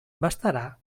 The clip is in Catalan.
bastarà